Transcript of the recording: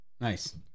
Nice